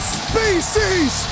species